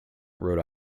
rhode